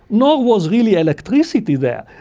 nor was really electricity there.